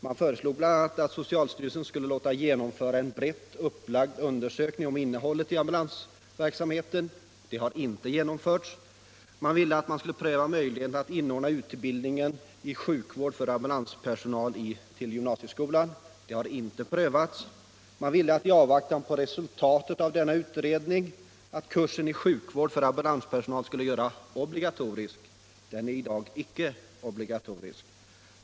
Man föreslog bl.a. att socialstyrelsen skulle låta genomföra en brett upplagd undersökning om innehållet i ambulansverksamheten. Den har inte genomförts. Det föreslogs att man skulle pröva möjligheterna att inordna utbildningen i sjukvård för ambulanspersonal i gymnasieskolan. Det har inte prövats. Det föreslogs vidare att i avvaktan på resultatet av denna utredning kursen i sjukvård för ambulanspersonal skulle göras obligatorisk — den är i dag icke obligatorisk.